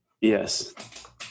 Yes